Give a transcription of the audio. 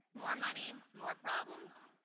more money more problems.